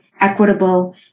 equitable